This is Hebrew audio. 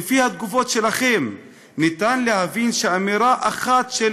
שלפי התגובות שלכם ניתן להבין שאמירה אחת של